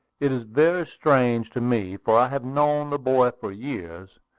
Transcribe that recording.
it is very strange to me, for i have known the boy for years,